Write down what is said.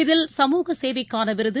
இதில் சமூக சேவைக்கான விருது